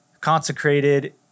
consecrated